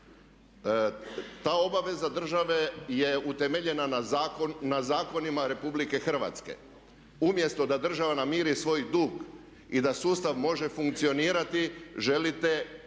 Ta obaveza države je utemeljena na zakonima RH. Umjesto da država namiri svoj dug i da sustav može funkcionirati želite